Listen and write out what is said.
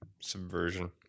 Subversion